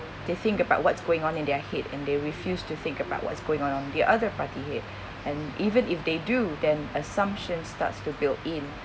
they think about what's going on in their head and they refused to think about what is going on on the other party head and even if they do then assumption starts to build in